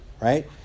right